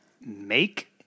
make